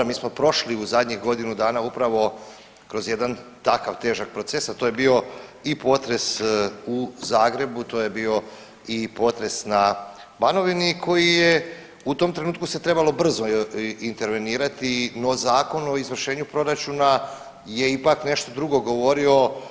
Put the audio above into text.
Mi smo prošli u zadnjih godinu dana upravo kroz jedan takav težak proces, a to je bio i potres u Zagrebu, to je bio i potres na Banovini koji je, u tom trenutku se trebalo brzo intervenirati, no Zakon o izvršenju proračuna je ipak nešto drugo govorio.